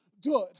good